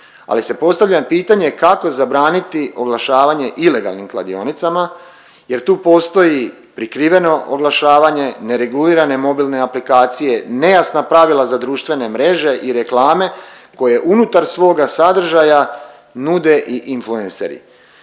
ali si postavljam pitanje kako zabraniti oglašavanje ilegalnim kladionicama jer tu postoji prikrivreno oglašavanje, neregulirane mobilne aplikacije, nejasna pravila za društvene mreže i reklame koje unutar svoga sadrža nude i influenceri.